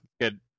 Good